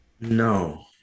No